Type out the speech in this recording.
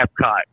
Epcot